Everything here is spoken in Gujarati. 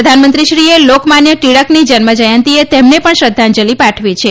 પ્રધાનમંત્રીશ્રીએ લોકમાન્ય ટિળકની જન્મજયંતિએ તેમને પણ શ્રદ્ધાંજલી પાઠવી છે